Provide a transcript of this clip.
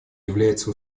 является